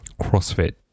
CrossFit